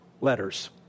letters